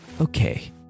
Okay